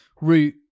Root